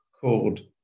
called